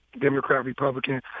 Democrat-Republican